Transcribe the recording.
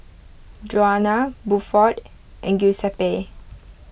Juana Buford and Giuseppe